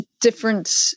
different